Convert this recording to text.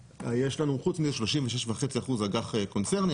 חוץ מזה יש לנו 36.5% אג"ח קונצרני,